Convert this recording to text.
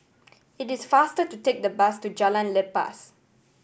it is faster to take the bus to Jalan Lepas